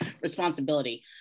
responsibility